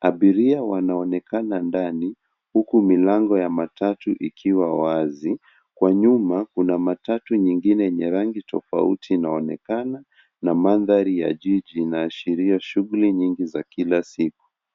Abiria wanaonekana ndani huku milango ya matatu ikiwa wazi. Kwa nyuma kuna matatu nyingine yenye rangi tofauti inaonekana na mandhari ya jiji inaashiria shughuli nyingi za kila siku.